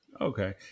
Okay